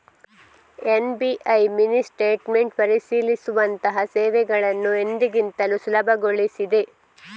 SBI mini statement ಪರಿಶೀಲಿಸುವಂತಹ ಸೇವೆಗಳನ್ನು ಎಂದಿಗಿಂತಲೂ ಸುಲಭಗೊಳಿಸಿದೆ